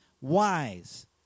wise